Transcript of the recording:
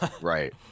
Right